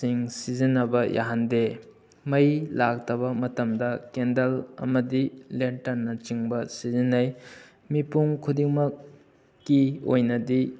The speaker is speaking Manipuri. ꯁꯤꯡ ꯁꯤꯖꯟꯅꯕ ꯌꯥꯍꯟꯗꯦ ꯃꯩ ꯂꯥꯛꯇꯕ ꯃꯇꯝꯗ ꯀꯦꯟꯗꯜ ꯑꯃꯗꯤ ꯂꯦꯇꯔꯟꯅ ꯆꯤꯡꯕ ꯁꯤꯖꯟꯅꯩ ꯃꯤꯄꯨꯡ ꯈꯨꯗꯤꯡꯃꯛꯀꯤ ꯑꯣꯏꯅꯗꯤ